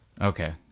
Okay